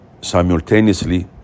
simultaneously